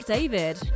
David